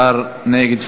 אני יכולה עוד להגיב?